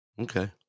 Okay